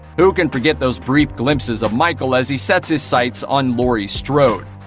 who can forget those brief glimpses of michael as he sets his sights on laurie strode?